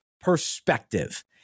perspective